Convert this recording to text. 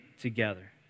together